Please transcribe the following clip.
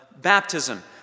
baptism